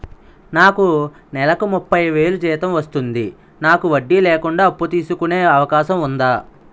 నాకు నేలకు ముప్పై వేలు జీతం వస్తుంది నాకు వడ్డీ లేకుండా అప్పు తీసుకునే అవకాశం ఉందా